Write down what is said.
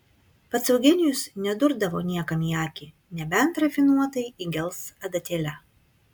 pats eugenijus nedurdavo niekam į akį nebent rafinuotai įgels adatėle